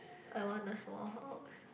I want a small house